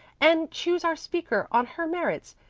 and choose our speaker on her merits.